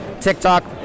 TikTok